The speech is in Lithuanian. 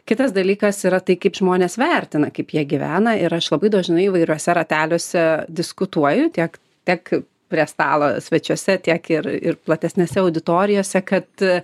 kitas dalykas yra tai kaip žmonės vertina kaip jie gyvena ir aš labai dažnai įvairiuose rateliuose diskutuoju tiek tek prie stalo svečiuose tiek ir ir platesnėse auditorijose kad